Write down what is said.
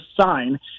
sign